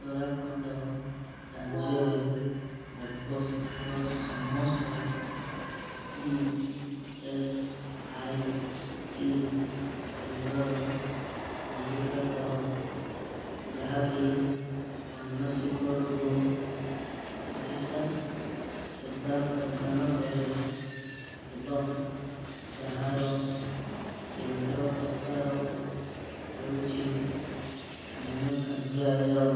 ଉତ୍ତରାଖଣ୍ଡ ରାଜ୍ୟରେ ଅବସ୍ଥିତ ସମସ୍ତ ଇ ଏସ୍ ଆଇ ସି କେନ୍ଦ୍ରର ତାଲିକା କର ଯାହାକି ମାନସିକ ରୋଗ ଚିକିତ୍ସା ସେବା ପ୍ରଦାନ କରେ ଏବଂ ଯାହାର କେନ୍ଦ୍ର ପ୍ରକାର ହେଉଛି ସ୍ଥାନୀୟ କାର୍ଯ୍ୟାଳୟ